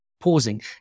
pausing